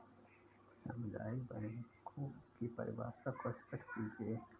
सामुदायिक बैंकों की परिभाषा को स्पष्ट कीजिए?